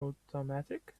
automatic